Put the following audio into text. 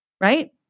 Right